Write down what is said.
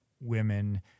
women